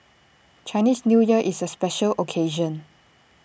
Chinese New Year is A special occasion